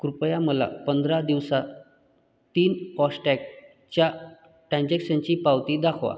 कृपया मला पंधरा दिवसा तीन ऑस्टॅगच्या टॅन्जॅक्सनची पावती दाखवा